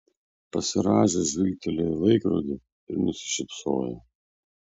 pasirąžęs žvilgtelėjo į laikrodį ir nusišypsojo